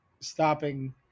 stopping